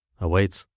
awaits